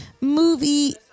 movie